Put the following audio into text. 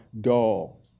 dull